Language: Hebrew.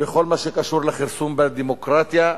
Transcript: בכל מה שקשור לכרסום בדמוקרטיה,